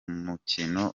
mukino